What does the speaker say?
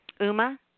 Uma